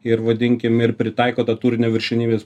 ir vadinkim ir pritaiko tą turinio viršenybės